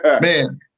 Man